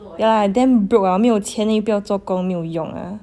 yeah I damn broke ah 没有钱 then 又不要做工没有用 ah